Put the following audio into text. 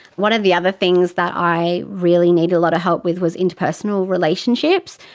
one of the other things that i really needed a lot of help with was interpersonal relationships.